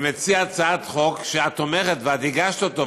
אני מציע הצעת חוק שאת תומכת בה ואת הגשת אותה,